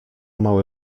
mały